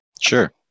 Sure